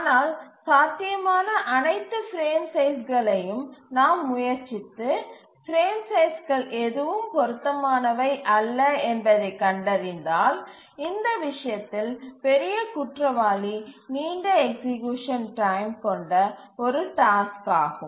ஆனால் சாத்தியமான அனைத்து பிரேம் சைஸ்களையும் நாம் முயற்சித்து பிரேம் சைஸ்கள் எதுவும் பொருத்தமானவை அல்ல என்பதைக் கண்டறிந்தால் இந்த விஷயத்தில் பெரிய குற்றவாளி நீண்ட எக்சீக்யூசன் டைம் கொண்ட ஒரு டாஸ்க் ஆகும்